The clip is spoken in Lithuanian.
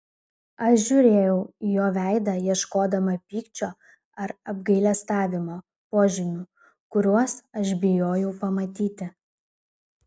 aš žiūrėjau į jo veidą ieškodama pykčio ar apgailestavimo požymių kuriuos aš bijojau pamatyti